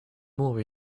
more